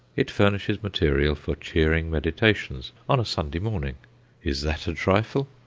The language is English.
it furnishes material for cheering meditations on a sunday morning is that a trifle?